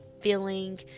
feeling